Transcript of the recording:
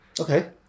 Okay